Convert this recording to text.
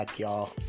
y'all